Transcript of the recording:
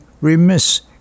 remiss